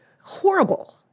horrible